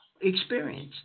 experience